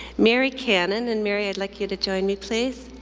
mary cannon, and mary, i'd like you to join me please.